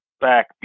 back